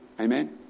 Amen